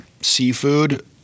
Seafood